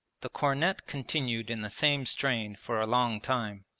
the cornet continued in the same strain for a long time.